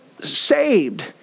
saved